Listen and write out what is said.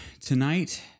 tonight